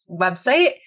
website